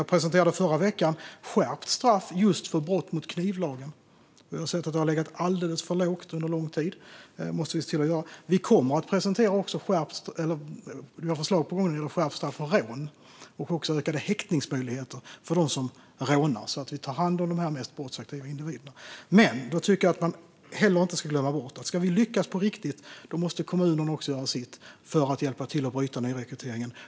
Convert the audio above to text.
Jag presenterade förra veckan skärpt straff just för brott mot knivlagen. Vi har sett att det har legat alldeles för lågt under lång tid. Det måste vi se till att åtgärda. Vi har också förslag på gång när det gäller skärpt straff för rån och också ökade häktningsmöjligheter när det gäller dem som rånar, så att vi tar hand om de mest brottsaktiva individerna. Men man ska inte glömma bort att om vi ska lyckas på riktigt måste kommunerna också göra sitt för att hjälpa till att bryta nyrekryteringen.